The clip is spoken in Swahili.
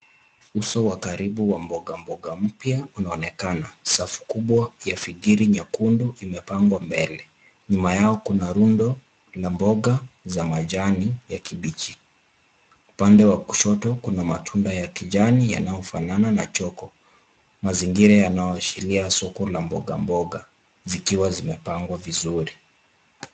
Uso wa karibu wa mboga mboga mpya unaonekana. Safu kubwa ya figiri nyekundu imepangwa mbele. Nyuma yao kuna rundo la mboga za majani ya kibichi. Pande wa kushoto kuna matunda ya kijani yanayofanana na choko. Mazingira yanayoashiria soko la mboga mboga zikiwa zimepangwa vizuri.